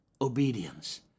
obedience